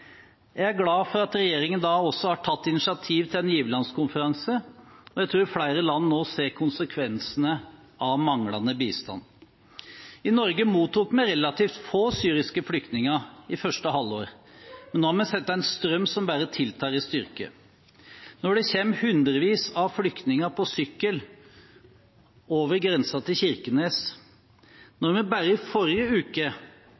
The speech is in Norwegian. Jeg er glad for at regjeringen også har tatt initiativ til en giverlandskonferanse, og jeg tror flere land nå ser konsekvensene av manglende bistand. I Norge mottok vi relativt få syriske flyktninger i første halvår, men nå har vi sett en strøm som bare tiltar i styrke. Når det kommer hundrevis av flyktninger på sykkel over grensen til Kirkenes, når vi bare i forrige uke